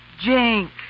Jink